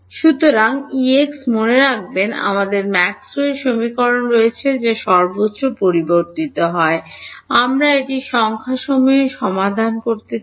সুতরাং Ex মনে রাখবেন আমাদের ম্যাক্সওয়েলের সমীকরণ রয়েছে যা সর্বত্র সর্বত্র পরিবর্তিত হয় আমরা এটি সংখ্যাসমূহে সমাধান করতে চাই